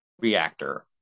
reactor